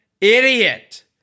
idiot